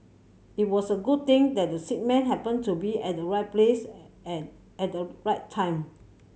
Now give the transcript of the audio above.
it was a good thing that the sick man happened to be at the right place and at the right time